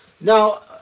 Now